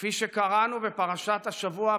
כפי שקראנו בפרשת השבוע,